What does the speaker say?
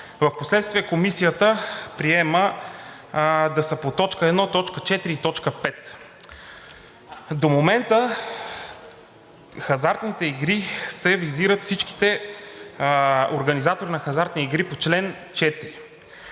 Впоследствие Комисията приема да са по т. 1, т. 4 и т. 5. До момента в хазартните игри се визират всичките организатори на хазартни игри по чл. 4.